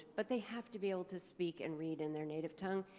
but they have to be able to speak and read in their native tongue,